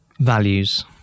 Values